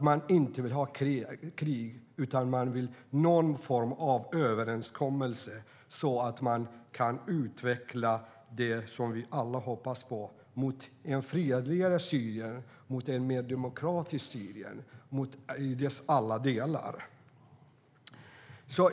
Man vill inte ha krig utan någon form av överenskommelse så att man kan utveckla det som vi alla hoppas på. Det är en utveckling mot ett fredligare och ett mer demokratiskt Syrien i dess alla delar.